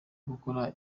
gukora